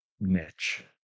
Niche